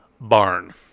Barn